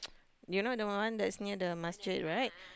you know the one that's near the masjid right